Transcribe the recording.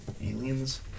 Aliens